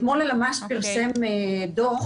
אתמול הלמ"ס פרסם דוח